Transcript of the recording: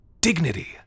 dignity